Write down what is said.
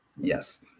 Yes